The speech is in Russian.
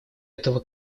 этого